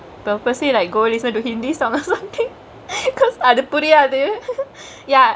purposely like go listen to hindi songks cause அது புரியாது:athu puriyaathu ya